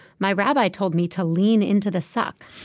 my rabbi told me to lean into the suck.